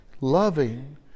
loving